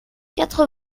quatre